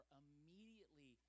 immediately